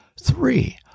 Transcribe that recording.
Three